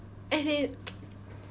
as in